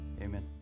Amen